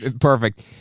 Perfect